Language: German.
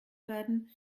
werden